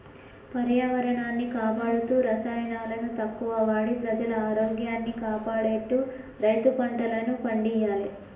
పర్యావరణాన్ని కాపాడుతూ రసాయనాలను తక్కువ వాడి ప్రజల ఆరోగ్యాన్ని కాపాడేట్టు రైతు పంటలను పండియ్యాలే